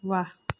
वाह